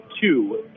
two